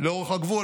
לאורך הגבול,